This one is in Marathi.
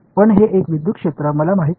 पण हे एक विद्युत क्षेत्र मला माहित नाही